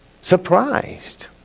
surprised